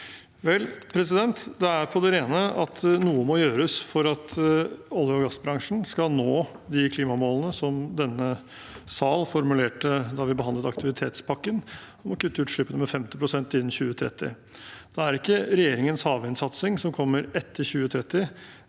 det er på det rene at noe må gjøres for at olje- og gassbransjen skal nå de klimamålene denne sal formulerte da vi behandlet aktivitetspakken, om å kutte utslippene med 50 pst. innen 2030. Da er ikke regjeringens havvindsatsing, som kommer etter 2030,